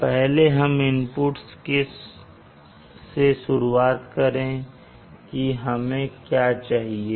तो पहले हम इनपुट्स से शुरुआत करें कि हमें क्या चाहिए